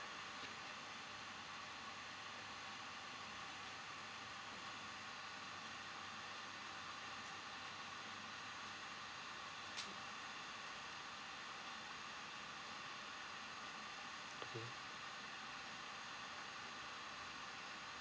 mm